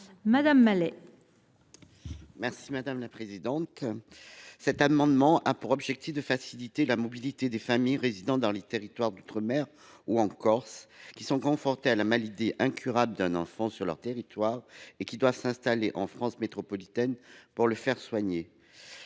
l’amendement n° 512 rectifié. Cet amendement a pour objet de faciliter la mobilité des familles résidant dans les territoires d’outre mer ou en Corse qui sont confrontées à la maladie incurable d’un enfant sur leur territoire et qui doivent s’installer en France métropolitaine pour le faire soigner.